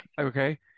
Okay